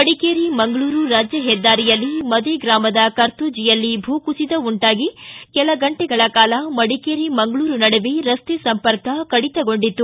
ಮಡಿಕೇರಿ ಮಂಗಳೂರು ರಾಜ್ಯ ಹೆದ್ದಾರಿಯಲ್ಲಿ ಮದೆಗ್ರಾಮದ ಕರ್ತೋಜಿಯಲ್ಲಿ ಭೂಕುಸಿತ ಉಂಟಾಗಿ ಕೆಲ ಗಂಟೆಗಳ ಕಾಲ ಮಡಿಕೇರಿ ಮಂಗಳೂರು ನಡುವೆ ರಸ್ತೆ ಸಂಪರ್ಕ ಕಡಿತಗೊಂಡಿತ್ತು